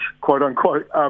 quote-unquote